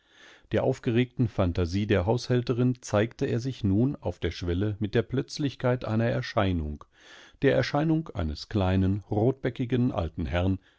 der aufgeregten phantasie der haushälterin zeigte er sich auf der schwelle mit der plötzlichkeit einer erscheinung der erscheinung eines kleinen rotbäckigen alten herrn